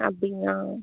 அப்படிங்களா